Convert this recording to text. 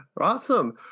Awesome